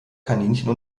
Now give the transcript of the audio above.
kaninchen